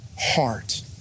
heart